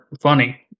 funny